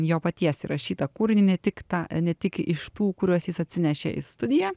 jo paties įrašytą kūrinį ne tik tą ne tik iš tų kuriuos jis atsinešė į studiją